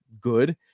good